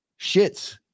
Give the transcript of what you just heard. shits